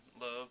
love